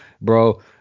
bro